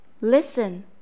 Listen